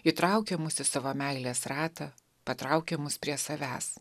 įtraukė mus į savo meilės ratą patraukė mus prie savęs